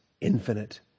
infinite